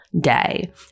day